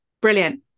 brilliant